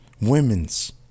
women's